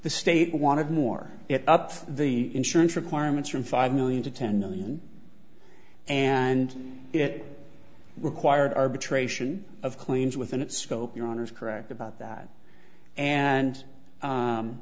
the state wanted more up for the insurance requirements from five million to ten million and it required arbitration of claims within its scope your honor is correct about that and